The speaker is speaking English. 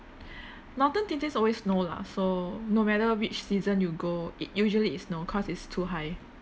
northern always snow lah so no matter which season you go it usually it snow 'cause it's too high